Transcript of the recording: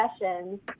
sessions